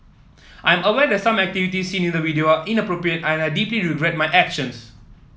I'm aware that some activities seen in the video inappropriate and I deeply regret my actions